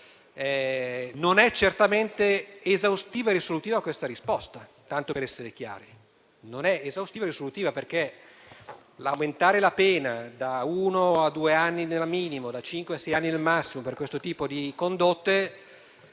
Non è certamente esaustiva e risolutiva questa risposta, tanto per essere chiari, perché l'aumentare la pena da uno a due anni nel minimo e da cinque a sei anni nel massimo, per questo tipo di condotte,